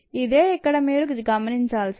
ఇదే ఇక్కడ మీరు గమనినంచాల్సింది